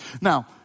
Now